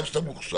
גם כשאתה מוכשר.